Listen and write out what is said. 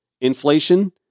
Inflation